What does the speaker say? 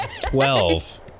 Twelve